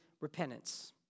repentance